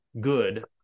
good